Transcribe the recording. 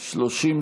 נתקבלה.